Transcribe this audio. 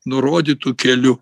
nurodytu keliu